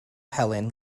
helen